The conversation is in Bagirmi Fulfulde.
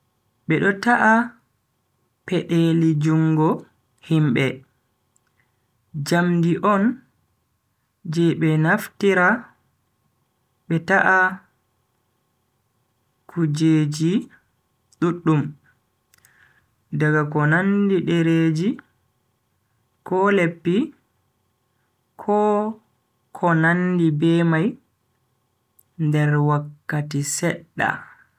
Be do ta'a pedeli jungo himbe. jamdi on je be naftira be ta'a kujeji duddum. daga ko nandi dereeji ko leppi ko ko nandi be mai nder wakkati sedda.